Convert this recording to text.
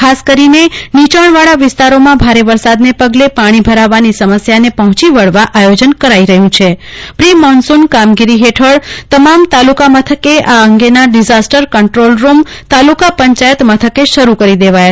ખાસ કરીને નીયાણવાળા વિસ્તારોમાં ભારે વરસાદને પગલે પાણી ભરવાની સમસ્યાને પહોંચી વળવા આયોજન કરી રહ્યું છે પ્રિમોન્સુન કામગીરી હેઠળ તમામ તાલુકા મથકે આ અંગેના disaster control room taluka panchayat મથકે શરૂ કરી દેવાયા છે